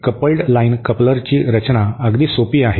तर coupled line कपलरची रचना अगदी सोपी आहे